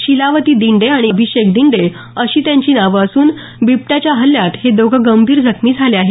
शिलावती दिंडे आणि अभिषेक दिंडे अशी त्यांची नावं असून बिबट्याच्या हल्ल्यात हे दोघं गंभीर जखमी झाले आहेत